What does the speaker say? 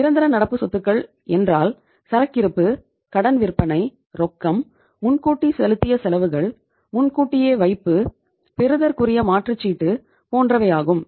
நிரந்தர நடப்பு சொத்துக்கள் என்றால் சரக்கிருப்பு கடன் விற்பனை ரொக்கம் முன்கூட்டி செலுத்திய செலவுகள் முன்கூட்டியே வைப்பு பெறுதற்குரிய மாற்றுச்சீட்டு போன்றவையாகும்